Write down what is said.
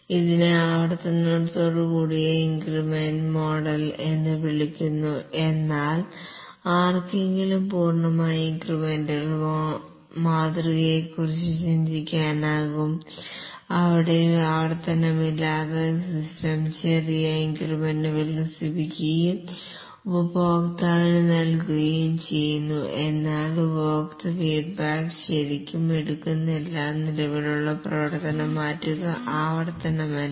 ഇതിനെ ആവർത്തനത്തോടുകൂടിയ incremental model എന്ന് വിളിക്കുന്നു എന്നാൽ ആർക്കെങ്കിലും പൂർണ്ണമായും ഇൻക്രിമെന്റൽ മാതൃകയെക്കുറിച്ച് ചിന്തിക്കാനാകും അവിടെ ആവർത്തനം ഇല്ലാത്ത സിസ്റ്റം ചെറിയ ഇൻക്രിമെന്റുകളിൽ വികസിപ്പിക്കുകയും ഉപഭോക്താവിന് നൽകുകയും ചെയ്യുന്നു എന്നാൽ ഉപഭോക്തൃ ഫീഡ്ബാക്ക് ശരിക്കും എടുക്കുന്നില്ല നിലവിലുള്ള പ്രവർത്തനം മാറ്റുക ആവർത്തനമില്ല